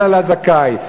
אלא לזכאי.